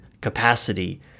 capacity